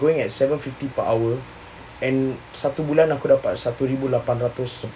going at seven fifty per hour and satu bulan aku dapat satu ribu lapan ratus